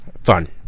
fun